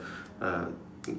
uh